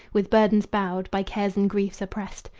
with burdens bowed, by cares and griefs oppressed,